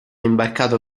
imbarcato